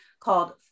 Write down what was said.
Called